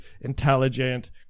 intelligent